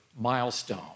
milestone